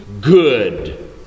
good